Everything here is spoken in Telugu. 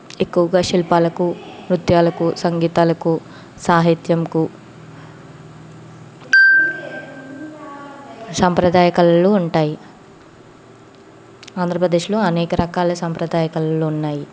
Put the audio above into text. ఎక్కువగా శిల్పాలకు నృత్యాలకు సంగీతాలకు సాహిత్యంకు సంప్రదాయ కళలు ఉంటాయి ఆంధ్రప్రదేశ్లో అనేక రకాల సాంప్రదాయ కళలు ఉన్నాయి